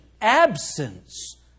absence